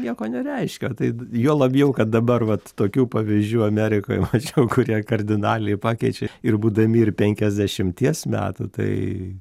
nieko nereiškia tai d juo labiau kad dabar vat tokių pavyzdžių amerikoj mačiau kurie kardinaliai pakeičia ir būdami ir penkiasdešimties metų tai